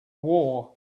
war